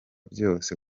byose